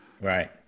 right